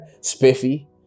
spiffy